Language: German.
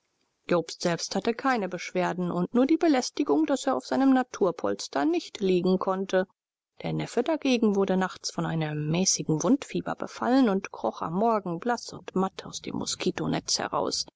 jobst selbst hatte keine beschwerden und nur die belästigung daß er auf seinem naturpolster nicht liegen konnte der neffe dagegen wurde nachts von einem mäßigen wundfieber befallen und kroch am morgen blaß und matt aus dem moskitonetz heraus